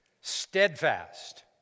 Steadfast